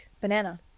banana